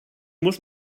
muss